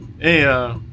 Hey